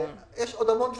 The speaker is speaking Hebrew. יש עוד המון דברים.